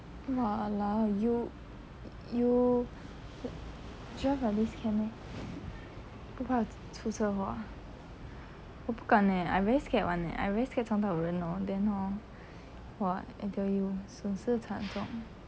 !walao! you you drive like this can meh 不怕出车祸 ah 我不敢 leh I very scared [one] leh I very scared 撞到人 hor then hor !wah! I tell you 损失惨重